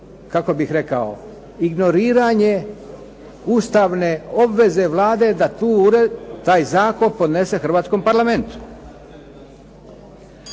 kako bih rekao, ignoriranje ustavne obveze Vlade da taj zakon podnese hrvatskom Parlamentu.